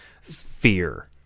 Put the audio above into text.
Fear